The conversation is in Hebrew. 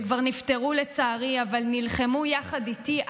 שכבר נפטרו, לצערי, אבל נלחמו יחד איתי.